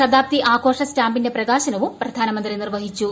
ശതാബ്ദി ആഘോഷ സ്റ്റാമ്പിന്റെ പ്രകാശനവും പ്രധാനമന്ത്രി നിർവഹിച്ചു